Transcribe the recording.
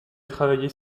travailler